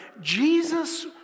Jesus